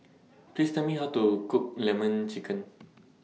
Please Tell Me How to Cook Lemon Chicken